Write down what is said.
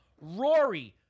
Rory